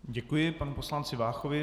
Děkuji panu poslanci Váchovi.